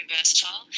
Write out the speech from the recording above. versatile